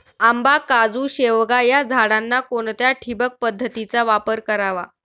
आंबा, काजू, शेवगा या झाडांना कोणत्या ठिबक पद्धतीचा वापर करावा?